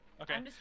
Okay